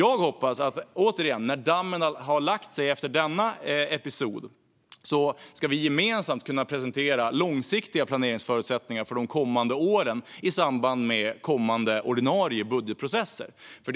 När dammet har lagt sig efter denna episod hoppas jag att vi gemensamt ska kunna presentera långsiktiga planeringsförutsättningar för de kommande åren i samband med kommande ordinarie budgetprocesser.